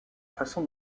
façon